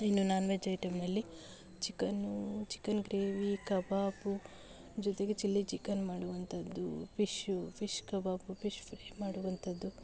ಇನ್ನು ನಾನು ವೆಜ್ ಐಟಮ್ನಲ್ಲಿ ಚಿಕನ್ನು ಚಿಕನ್ ಗ್ರೇವಿ ಕಬಾಬು ಜೊತೆಗೆ ಚಿಲ್ಲಿ ಚಿಕನ್ ಮಾಡುವಂಥದ್ದು fish fish kebab fish fry ಮಾಡುವಂಥದ್ದು